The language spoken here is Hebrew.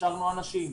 הכשרנו אנשים.